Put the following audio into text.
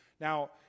Now